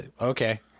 Okay